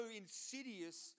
insidious